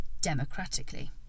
democratically